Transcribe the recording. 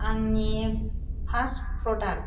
आंनि first product